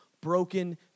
broken